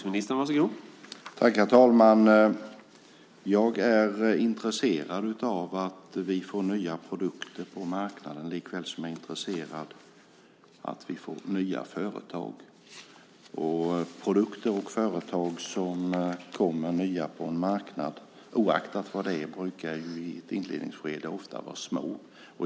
Herr talman! Jag är intresserad av att vi får nya produkter på marknaden, likaväl som jag är intresserad av att vi får nya företag. Nya produkter och företag på marknaden, oaktat vilka, brukar i ett inledningsskede ofta vara små.